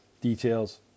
Details